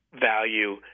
value